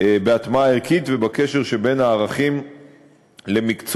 בהטמעה ערכית ובקשר שבין הערכים למקצועיות.